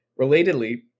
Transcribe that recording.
Relatedly